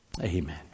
Amen